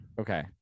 Okay